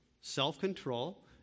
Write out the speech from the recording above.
self-control